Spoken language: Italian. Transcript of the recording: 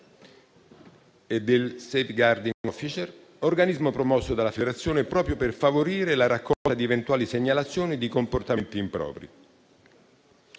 e del *safeguarding officer*, organismo promosso dalla federazione proprio per favorire la raccolta di eventuali segnalazioni di comportamenti impropri.